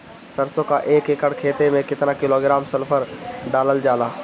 सरसों क एक एकड़ खेते में केतना किलोग्राम सल्फर डालल जाला?